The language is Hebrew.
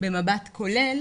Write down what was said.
במבט כולל